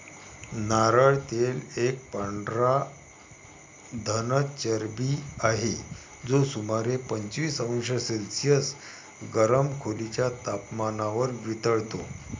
नारळ तेल एक पांढरा घन चरबी आहे, जो सुमारे पंचवीस अंश सेल्सिअस गरम खोलीच्या तपमानावर वितळतो